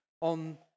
on